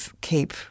keep